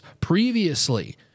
previously